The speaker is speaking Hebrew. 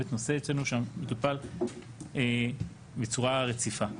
באמת נושא אצלנו שמטופל בצורה רציפה.